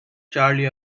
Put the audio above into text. charlie